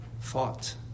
thought